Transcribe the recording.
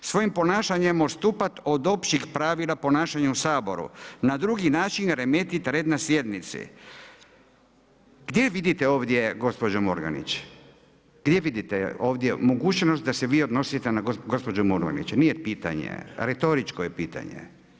Svojim ponašanjem odstupati od općih pravila ponašanja u Saboru, na drugi način remetiti red na sjednici.“ Gdje vidite ovdje gospođu Murganić, gdje vidite ovdje mogućnost da se vi odnosite na gospođu Murganić, nije pitanje, retoričko je pitanje.